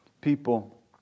people